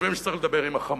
שחושבים שצריך לדבר עם ה"חמאס".